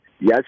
Yes